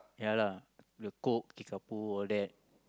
ya lah the Coke Kickapoo all that